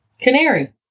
canary